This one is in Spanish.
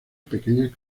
pequeñas